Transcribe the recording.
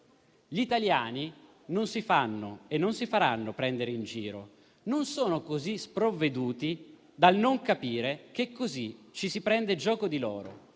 gli italiani non si fanno e non si faranno prendere in giro: non sono così sprovveduti da non capire che così ci si prende gioco di loro.